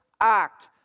act